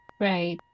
Right